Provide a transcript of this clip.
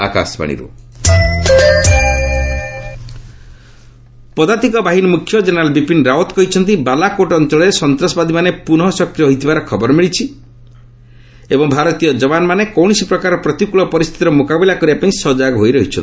army chief ପଦାତିକ ବାହିନୀ ମୁଖ୍ୟ କେନେରାଲ୍ ବିପିନ୍ ରାଓ୍ୱତ କହିଛନ୍ତି ବାଲାକୋଟ୍ ଅଞ୍ଚଳରେ ସନ୍ତ୍ରାସବାଦୀମାନେ ପୁନଃ ସକ୍ରିୟ ହୋଇଥିବାର ଖବର ମିଳିଛି ଏବଂ ଭାରତୀୟ ଯବାନମାନେ କୌଣସି ପ୍ରକାରର ପ୍ରତିକୃଳ ପରିସ୍ଥିତିର ମୁକାବିଲା କରିବା ପାଇଁ ସଜାଗ ହୋଇ ରହିଛନ୍ତି